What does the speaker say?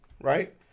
right